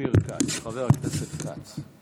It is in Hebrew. ברשותך, חבר הכנסת אופיר כץ.